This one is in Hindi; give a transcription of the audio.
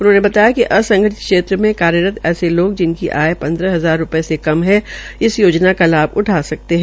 उन्होंने बताया कि असंगठित क्षेत्र में कार्यरत ऐसे लोग जिसकी आय पन्द्रह हजार रूपये से कम हो इस योजना का लाभ उठा सकते है